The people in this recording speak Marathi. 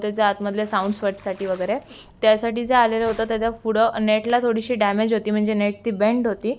त्याच्या आतमधल्या साऊंड साठी वगैरे त्यासाठी जे आलेलं होतं त्याचा पुढं नेटला थोडीशी डॅमेज होती म्हणजे नेट ती बेंड होती